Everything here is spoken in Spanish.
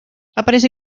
aparece